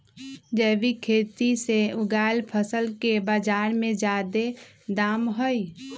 जैविक खेती से उगायल फसल के बाजार में जादे दाम हई